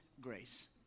grace